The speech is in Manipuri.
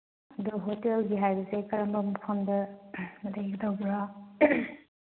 ꯑꯗꯨ ꯍꯣꯇꯦꯜꯒꯤ ꯍꯥꯏꯔꯤꯁꯦ ꯀꯔꯝꯕ ꯃꯐꯝꯗ ꯂꯩꯒꯗꯧꯕ꯭ꯔꯥ